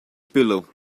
pillow